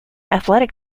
athletic